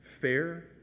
fair